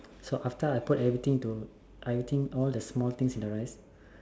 so after I put everything into everything small thing into the rice